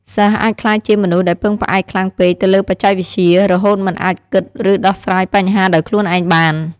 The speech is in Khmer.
សិស្សអាចក្លាយជាមនុស្សដែលពឹងផ្អែកខ្លាំងពេកទៅលើបច្ចេកវិទ្យា រហូតមិនអាចគិត ឬដោះស្រាយបញ្ហាដោយខ្លួនឯងបាន។